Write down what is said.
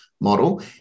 model